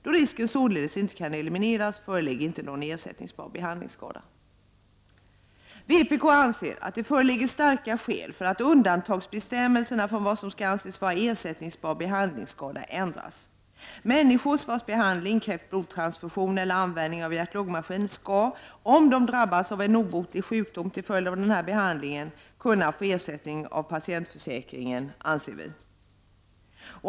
Då risken således inte kan elimineras föreligger inte någon ersättningsbar behandlingsskada.” Vpk anser att det föreligger starka skäl för att undantagsbestämmelserna från vad som skall anses vara ersättningsbar behandlingsskada ändras. Människor vars behandling krävt blodtransfusion eller användning av hjärt-lungmaskin skall, om de drabbas av en obotlig sjukdom till följd av denna behandling, kunna få ersättning av patientförsäkringen, anser vi.